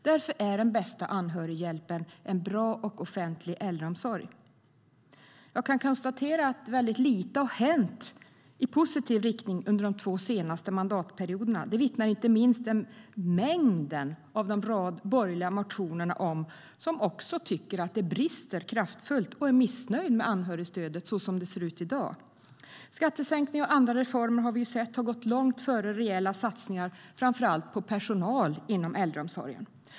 Därför är den bästa anhörighjälpen en bra och offentlig äldreomsorg. Jag kan konstatera att det har hänt väldigt lite i positiv riktning under de två senaste mandatperioderna. Det vittnar inte minst mängden av borgerliga motioner om. Många tycker att det finns stora brister, och man är missnöjd med anhörigstödet så som det ser ut i dag. Vi har ju sett att skattesänkningar och andra reformer har gått långt före rejäla satsningar, framför allt på personal inom äldreomsorgen.